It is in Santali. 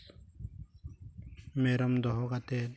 ᱢᱮᱨᱚᱢ ᱫᱚᱦᱚ ᱠᱟᱛᱮᱫ